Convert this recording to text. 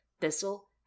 Thistle